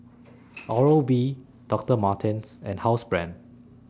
Oral B Doctor Martens and Housebrand